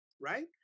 right